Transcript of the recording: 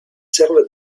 servent